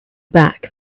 back